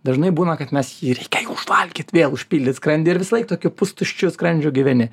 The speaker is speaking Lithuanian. dažnai būna kad mes jį reikia užvalgyt vėl užpildyt skrandį ir visąlaik tokiu pustuščiu skrandžiu gyveni